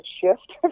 shift